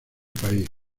país